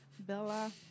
Bella